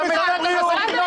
גם בוועדת הכנסת כך הוא מתנהג.